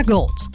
Gold